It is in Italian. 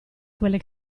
quelle